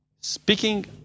speaking